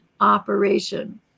operation